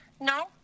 No